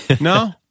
No